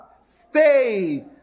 Stay